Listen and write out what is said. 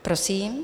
Prosím.